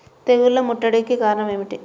తెగుళ్ల ముట్టడికి కారణం ఏమిటి?